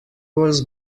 was